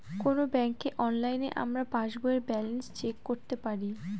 কোনো ব্যাঙ্কে অনলাইনে আমরা পাস বইয়ের ব্যালান্স চেক করতে পারি